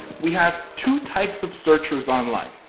we have two types of searcher online.